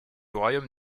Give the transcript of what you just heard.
royaume